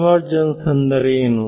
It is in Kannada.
ಕನ್ವರ್ಜನ್ಸ್ ಎಂದರೆ ಏನು